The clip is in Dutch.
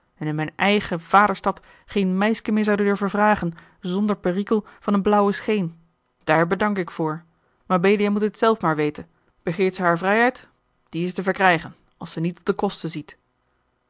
en in mijne eigene vaderstad geen meiske meer zou durven vragen zonder perikel van een blauwe scheen daar bedank ik voor mabelia moet het zelf maar weten begeert zij hare vrijheid die is te verkrijgen als ze niet op de kosten ziet